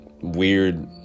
weird